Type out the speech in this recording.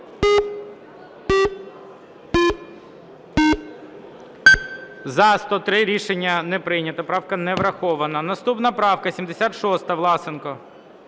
За-103 Рішення не прийнято. Правка не врахована. Наступна правка 76. Власенко.